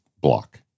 block